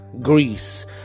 Greece